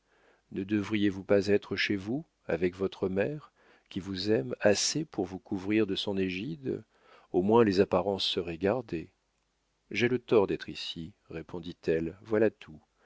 ne devriez-vous pas être chez vous avec votre mère qui vous aime assez pour vous couvrir de son égide au moins les apparences seraient gardées j'ai le tort d'être ici répondit-elle voilà tout